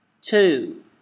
two